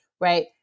Right